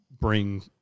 bring